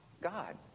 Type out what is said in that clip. God